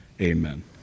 Amen